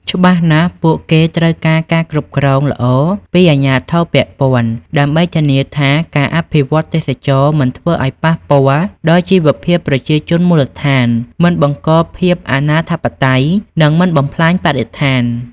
ច្បាស់ណាស់ពួកគេ ត្រូវការការគ្រប់គ្រងល្អពីអាជ្ញាធរពាក់ព័ន្ធ ដើម្បីធានាថាការអភិវឌ្ឍទេសចរណ៍មិនធ្វើឱ្យប៉ះពាល់ដល់ជីវភាពប្រជាជនមូលដ្ឋាន មិនបង្កភាពអនាធិបតេយ្យ និងមិនបំផ្លាញបរិស្ថាន។